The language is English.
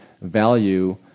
value